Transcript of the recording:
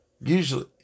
Usually